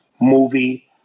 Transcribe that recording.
movie